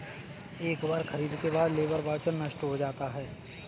एक बार खरीद के बाद लेबर वाउचर नष्ट हो जाता है